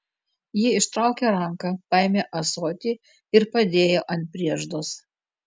ji ištraukė ranką paėmė ąsotį ir padėjo ant prieždos